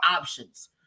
options